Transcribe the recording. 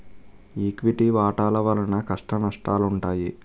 equity వాటాల వలన కష్టనష్టాలుంటాయి